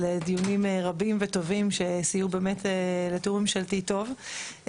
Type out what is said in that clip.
על דיונים רבים וטובים שסייעו באמת לתיאום ממשלתי טוב.